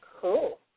Cool